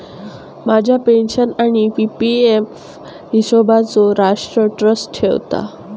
माझ्या पेन्शन आणि P P F हिशोबचो राष्ट्र ट्रस्ट ठेवता